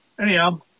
Anyhow